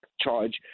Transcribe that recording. charge